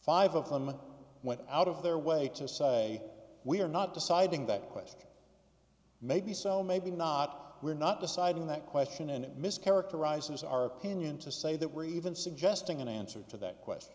five of them went out of their way to say we are not deciding that question maybe so maybe not we're not deciding that question and mischaracterizes our opinion to say that we're even suggesting an answer to that question